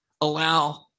allow